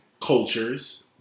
cultures